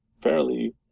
fairly